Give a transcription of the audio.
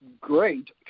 great